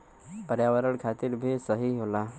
पर्यावरण खातिर भी सही होला